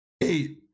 eight